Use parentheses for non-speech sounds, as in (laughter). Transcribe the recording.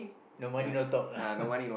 no money no talk ah (laughs)